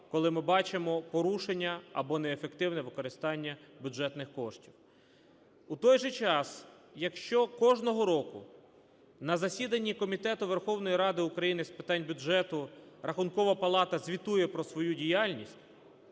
коли ми бачимо порушення або неефективне використання бюджетних коштів. У той же час, якщо кожного року на засіданні Комітету Верховної Ради України з питань бюджету Рахункова палата звітує про свою діяльність,